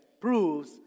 proves